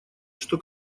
что